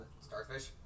Starfish